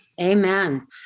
Amen